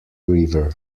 river